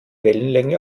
wellenlänge